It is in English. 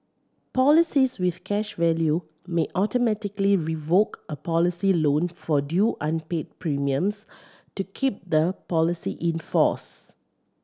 policies with cash value may automatically invoke a policy loan for due unpaid premiums to keep the policy in force